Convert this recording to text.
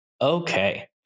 Okay